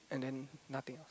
and then nothing